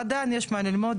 עדיין יש מה ללמוד,